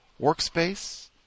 workspace